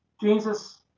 Jesus